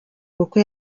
kuko